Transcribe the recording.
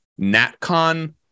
natcon